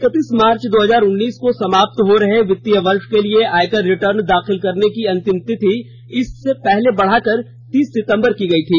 इक्तीस मार्च दो हजार उन्नीस को समाप्त हो रहे वित्तीय वर्ष के लिए आयकर रिटर्न दाखिल करने की अंतिम तिथि इससे पहले बढ़ाकर तीस सितंबर की गई थी